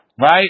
right